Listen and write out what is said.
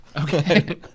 Okay